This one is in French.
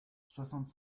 soixante